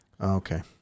Okay